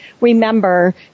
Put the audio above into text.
remember